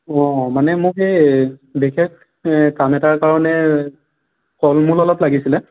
অ' মানে মোক সেই বিশেষ কাম এটাৰ কাৰণে ফল মূল অলপ লাগিছিল